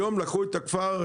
היום לקחו את הכפר,